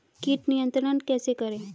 कीट नियंत्रण कैसे करें?